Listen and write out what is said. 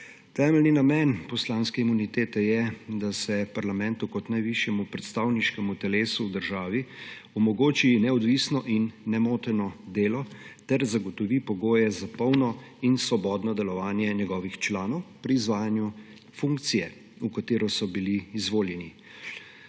Temeljni namen poslanske imunitete je, da se parlamentu kot najvišjemu predstavniškemu telesu v državi omogoči neodvisno in nemoteno delo ter zagotovi pogoje za polno in svobodno delovanje njegovih članov pri izvajanju funkcije, v katero so bili izvoljeni.